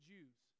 Jews